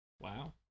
Wow